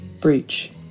breach